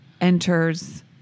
enters